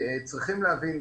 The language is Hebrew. צריכים להבין,